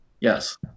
Yes